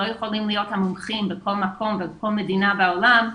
לא יכולים להיות המומחים בכל מקום ובכל מדינה בעולם,